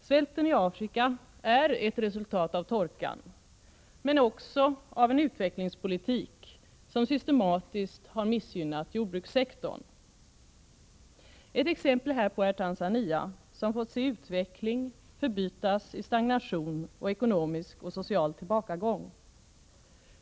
Svälten i Afrika är ett resultat av torkan men också av en utvecklingspolitik som systematiskt har missgynnat jordbrukssektorn. Ett exempel härpå är Tanzania, som fått se utveckling förbytas i stagnation, ekonomisk och social tillbakagång.